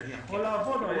א"ג: